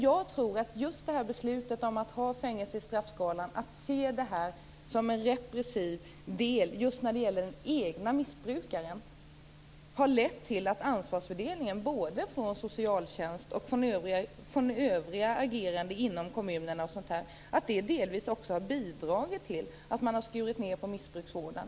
Jag tror att beslutet att ha fängelse i straffskalan, den repressiva synen på missbrukaren, har bidragit till att man både inom socialtjänst och bland övriga agerande inom kommunerna har skurit ned på missbruksvården.